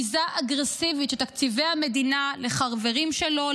ביזה אגרסיבית של תקציבי המדינה לחברים שלו,